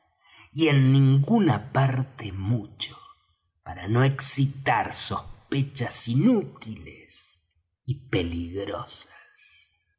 y en ninguna parte mucho para no excitar sospechas inútiles y peligrosas